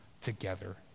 together